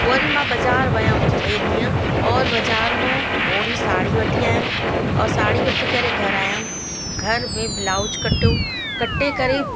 वरी मां बाज़ारि वियमि ॿिए ॾींहं औरि बाज़ारि मां ओहिड़ी साड़ी वठी आयमि औरि साड़ी वठी करे घरु आयमि घर में ब्लाउज कटो कटे करे